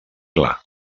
gla